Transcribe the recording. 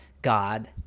God